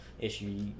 issue